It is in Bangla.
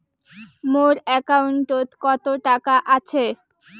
মোর একাউন্টত কত টাকা আছে?